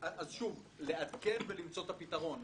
שוב, לעדכן ולמצוא את הפתרון.